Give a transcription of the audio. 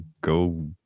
go